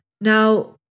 Now